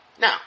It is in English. Now